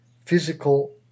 physical